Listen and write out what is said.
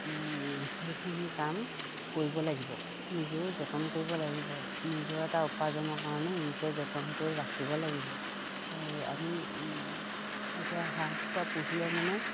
সেইখিনি কাম কৰিব লাগিব নিজেও যতন কৰিব লাগিব নিজৰ এটা উপাৰ্জনৰ কাৰণে নিজে যতন কৰি ৰাখিব লাগিব সেই আমি এতিয়া হাঁহ কুকুৰা পুহিলে মানে